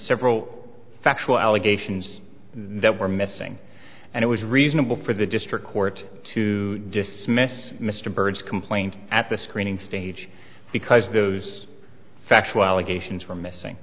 several factual allegations that were missing and it was reasonable for the district court to dismiss mr bird's complaint at the screening stage because those factual allegations were missing